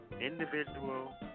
Individual